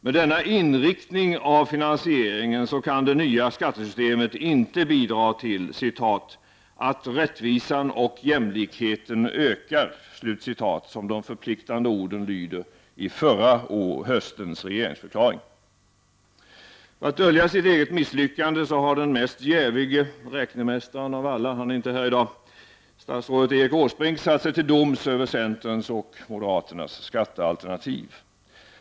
Med denna inriktning av finansieringen kan det nya skattesystemet inte bidra till ”att rättvisan och jämlikheten ökar”, som de förpliktande orden lyder i förra höstens regeringsförklaring. För att dölja sitt eget misslyckande har den mest jävige räknemästaren av alla, statsrådet Erik Åsbrink — han är inte här i dag — satt sig till doms över centerns och moderaternas skattealternativ.